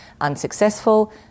Unsuccessful